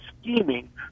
scheming